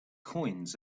coins